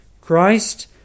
Christ